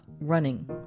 running